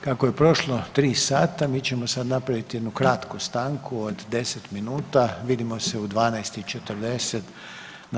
Kako je prošlo 3 sata mi ćemo sad napravit jednu kratku stanku od 10 minuta, vidimo se u 12 i 40 na